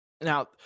Now